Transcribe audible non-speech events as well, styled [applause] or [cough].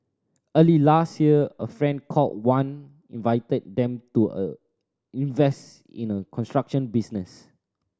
early last year a friend called Wan invited them to [hesitation] invest in a construction business